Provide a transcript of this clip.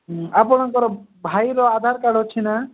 ଆପଣଙ୍କର ଭାଇର ଆଧାର କାର୍ଡ଼ ଅଛି ନା